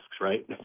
right